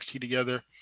together